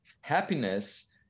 happiness